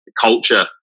culture